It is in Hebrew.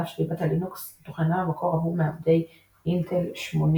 על אף שליבת הלינוקס תוכננה במקור עבור מעבדי Intel 80386,